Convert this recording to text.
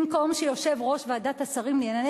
במקום שיושב-ראש ועדת השרים לענייני